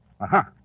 Aha